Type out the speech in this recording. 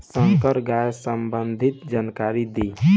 संकर गाय संबंधी जानकारी दी?